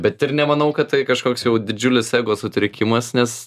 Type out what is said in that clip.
bet ir nemanau kad tai kažkoks jau didžiulis ego sutrikimas nes